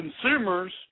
Consumers